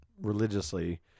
religiously